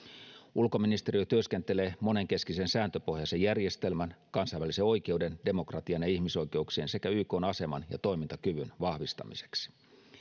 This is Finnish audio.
ulkoministeriö työskentelee monenkeskisen sääntöpohjaisen järjestelmän kansainvälisen oikeuden demokratian ja ihmisoikeuksien sekä ykn aseman ja toimintakyvyn vahvistamiseksi